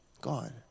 God